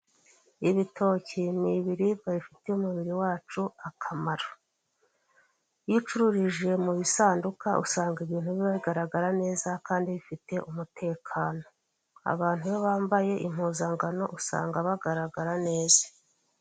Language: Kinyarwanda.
Ibitoki ni ibiribwa bifitiye umubiri wacu akamaro. Iyo ucururije mu bisanduka, usanga ibintu biba bigaragara neza, kandi bifite umutekano. Abantu iyo bambaye impuzangano, usanga bagaragara neza.